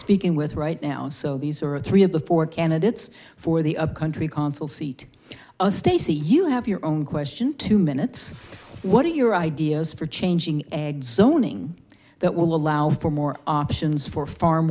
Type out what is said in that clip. speaking with right now so these are three of the four candidates for the a country consul seat a stacey you have your own question two minutes what are your ideas for changing eggs zoning that will allow for more options for farm